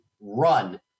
run